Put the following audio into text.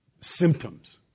symptoms